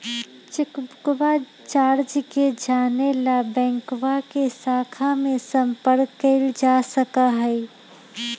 चेकबुकवा चार्ज के जाने ला बैंकवा के शाखा में संपर्क कइल जा सका हई